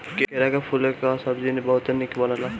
केरा के फूले कअ सब्जी बहुते निक बनेला